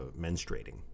menstruating